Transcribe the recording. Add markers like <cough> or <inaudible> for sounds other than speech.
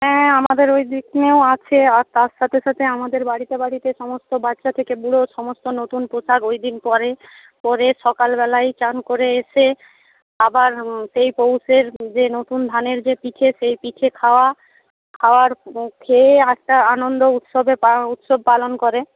হ্যাঁ আমাদের ওইদিকেও আছে আর তার সাথে সাথে আমাদের বাড়িতে বাড়িতে সমস্ত বাচ্চা থেকে বুড়ো সমস্ত নতুন পোশাক ওই দিন পরে পরে সকালবেলায় চান করে এসে আবার সেই পৌষের যে নতুন ধানের যে পিঠে সেই পিঠে খাওয়া খাওয়ার খেয়ে একটা আনন্দ উৎসবে <unintelligible> উৎসব পালন করে